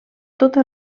tota